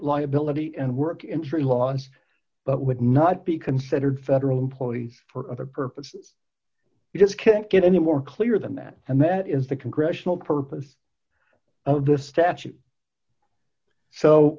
liability and work interest laws but would not be considered federal employees for other purposes you just can't get any more clear than that and that is the congressional purpose of the statute so